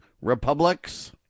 republics